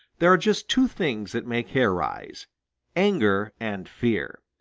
there are just two things that make hair rise anger and fear.